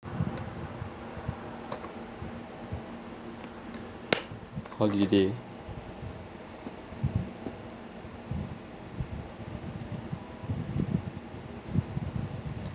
holiday